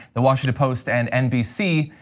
the washington post and nbc,